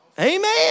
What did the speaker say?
Amen